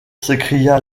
s’écria